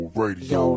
radio